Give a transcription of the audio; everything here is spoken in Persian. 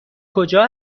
کجا